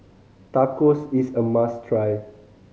tacos is a must try